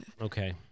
Okay